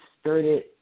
started